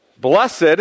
blessed